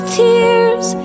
tears